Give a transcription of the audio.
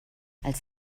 als